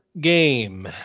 game